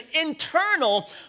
internal